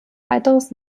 weiteres